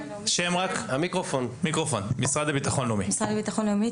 אני צופיה נהון, מהמשרד לביטחון לאומי.